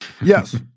Yes